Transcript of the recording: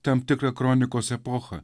tam tikrą kronikos epochą